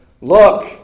look